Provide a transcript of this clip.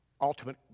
Ultimate